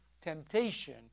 temptation